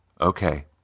Okay